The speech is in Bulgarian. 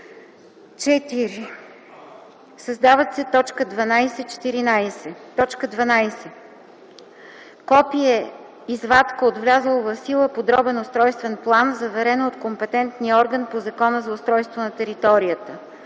4. Създават се точки 12-14: „12. копие – извадка от влязъл в сила подробен устройствен план, заверено от компетентния орган по Закона за устройство на територията;